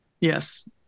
Yes